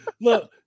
Look